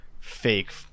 fake